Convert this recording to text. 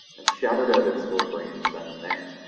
and shattered out its little brains then and there.